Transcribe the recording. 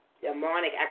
demonic